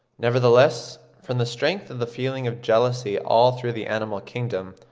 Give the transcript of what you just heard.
nevertheless, from the strength of the feeling of jealousy all through the animal kingdom,